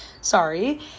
sorry